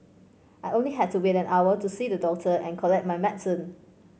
I only had to wait an hour to see the doctor and collect my medicine